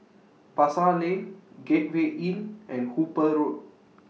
Pasar Lane Gateway Inn and Hooper Road